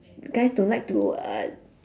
guys don't like to uh